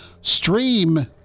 stream